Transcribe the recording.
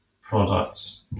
products